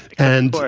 and,